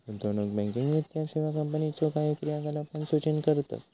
गुंतवणूक बँकिंग वित्तीय सेवा कंपनीच्यो काही क्रियाकलापांक सूचित करतत